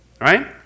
right